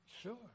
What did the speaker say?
Sure